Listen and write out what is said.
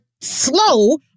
slow